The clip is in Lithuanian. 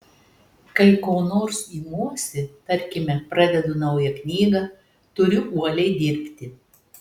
kai ko nors imuosi tarkime pradedu naują knygą turiu uoliai dirbti